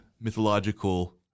mythological